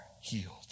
healed